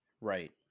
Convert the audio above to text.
Right